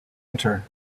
enter